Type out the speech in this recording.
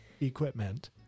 equipment